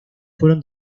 fueron